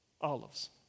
olives